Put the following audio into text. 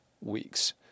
weeks